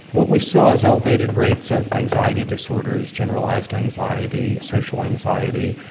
what we saw is elevated rates of anxiety disorders, generalised anxiety, social anxiety,